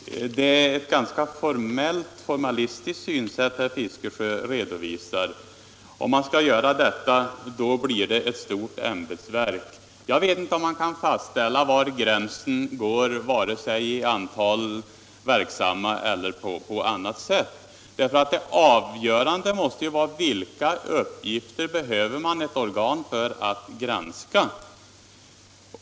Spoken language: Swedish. Herr talman! Det är ett ganska formalistiskt synsätt herr Fiskesjö redovisar. Det skulle behövas ett stort ämbetsverk, säger han. Jag vet inte om man kan fastställa var gränsen går för ett stort ämbetsverk, vare sig i fråga om antalet anställda eller på annat sätt. Men den avgörande frågan måste ju vara: Vilka uppgifter behöver man ett organ för att granska?